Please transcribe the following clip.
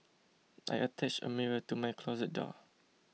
I attached a mirror to my closet door